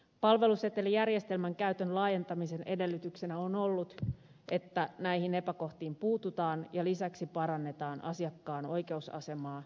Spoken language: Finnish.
palvelusetelijärjestelmän käytön laajentamisen edellytyksenä on ollut että näihin epäkohtiin puututaan ja lisäksi parannetaan asiakkaan oikeusasemaa virhetilanteissa